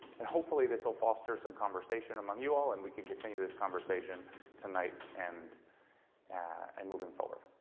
and hopefully this will foster some conversation among you all and we can continue this conversation tonight and and moving forward.